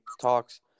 talks